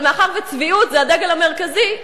אבל מאחר שצביעות זה הדגל המרכזי,